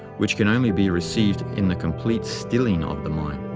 which can only be received in the complete stilling of the mind.